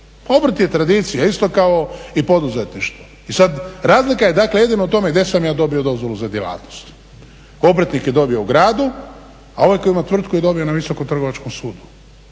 obrt je tradicija isto kao i poduzetništvo, i sad razlika je dakle jedino u tome gdje sam ja dobio dozvolu za djelatnost. Obrtnik je dobio u gradu, a ovaj koji ima tvrtku je dobio na Visokom trgovačkom sudu.